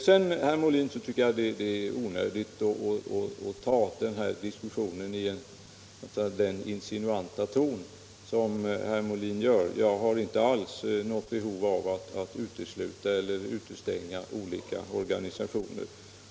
Sedan, herr Molin, tycker jag det är onödigt att föra denna diskussion i den insinuanta ton som herr Molin använder. Jag har inte alls något behov av att utestänga olika organisationer.